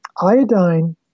iodine